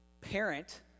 parent